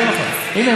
הנה,